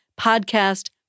podcast